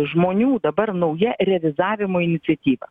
žmonių dabar nauja revizavimo iniciatyva